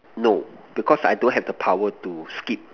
no because I don't have the power to skip